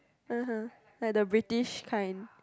(uh huh) like the British kind